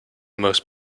most